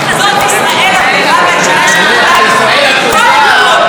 זאת ישראל הטובה, ישראל הטובה.